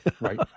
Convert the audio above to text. right